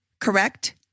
correct